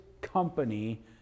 company